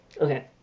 Okay